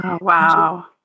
wow